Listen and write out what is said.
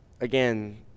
Again